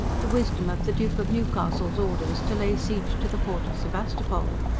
the wisdom of the duke of newcastle's orders to lay siege to the port of sebastopol.